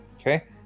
okay